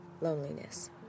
loneliness